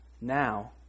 now